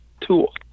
tool